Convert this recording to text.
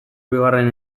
bigarren